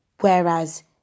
Whereas